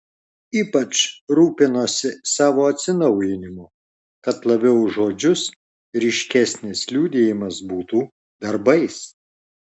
ypač rūpinosi savo atsinaujinimu kad labiau už žodžius ryškesnis liudijimas būtų darbais